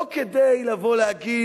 לא כדי לומר,